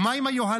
ומה עם היוהל"ח,